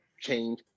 change